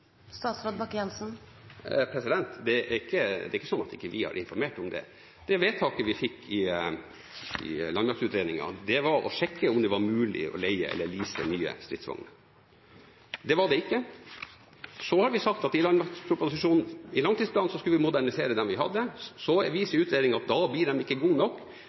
Det er ikke sånn at vi ikke har informert om det. Det vedtaket vi fikk i landmaktutredningen, var å sjekke om det var mulig å leie eller lease nye stridsvogner. Det var det ikke. Så sa vi i langtidsplanen at vi skulle modernisere dem vi hadde. Så viser jo utredningen at da blir de ikke gode nok